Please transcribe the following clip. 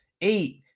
eight